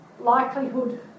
likelihood